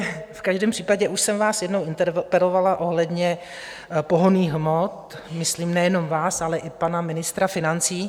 V každém případě už jsem vás jednou interpelovala ohledně pohonných hmot, myslím nejenom vás, ale i pana ministra financí.